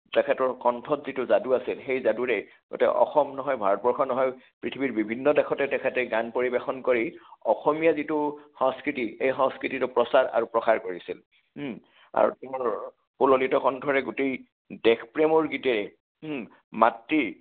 তেখেতৰ কণ্ঠত যিটো যাদু আছে সেই যাদুৰে গোটেই অসম নহয় ভাৰতবৰ্ষ নহয় পৃথিৱীৰ বিভিন্ন দেশতে তেখেতে গান পৰিৱেশন কৰি অসমীয়া যিটো সংস্কৃতি এই সংস্কৃতিটোৰ প্ৰচাৰ আৰু প্ৰসাৰ কৰিছিল আৰু তেওঁৰ সুললিত কণ্ঠৰে গোটেই দেশপ্ৰেমৰ গীতেৰে মাতৃৰ